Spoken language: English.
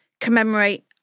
commemorate